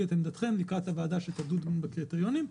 את עמדתכם לקראת הוועדה שתדון בקריטריונים.